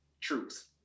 Truth